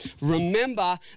remember